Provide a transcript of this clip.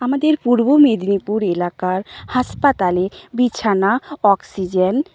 আমাদের পূর্ব মেদিনীপুর এলাকার হাসপাতালে বিছানা অক্সিজেন